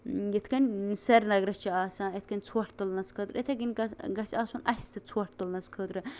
یِتھٕ کنۍ سریٖنگرَس چھِ آسان یِتھٕ کٔنۍ ژھۅٹھ تُلنَس خٲطرٕ یِتھٕے کٔنۍ گژھِ آسُن اَسہِ تہِ ژھۅٹھ تُلنَس خٲطرٕ